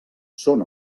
són